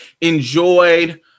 enjoyed